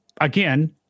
again